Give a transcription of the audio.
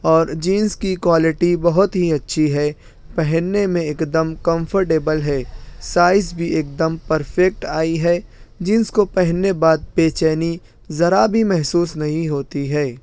اور جینس کی کوالیٹی بہت ہی اچھی ہے پہننے میں ایک دم کمفرٹیبل ہے سائز بھی ایک دم پرفیکٹ آئی ہے جینس کو پہننے بعد بےچینی ذرا بھی محسوس نہیں ہوتی ہے